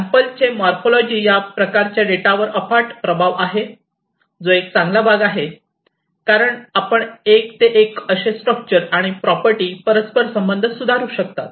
sample चे morphology या प्रकारच्या डेटावर अफाट प्रभाव आहे जो एक चांगला भाग आहे कारण आपण एक ते एक असे स्ट्रक्चर आणि प्रॉपर्टी परस्परसंबंध करू शकतात